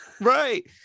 right